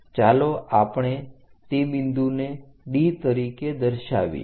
ચાલો આપણે તે બિંદુને D તરીકે દર્શાવીએ